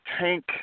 Tank